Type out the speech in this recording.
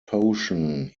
potion